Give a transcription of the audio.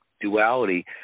duality